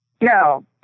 No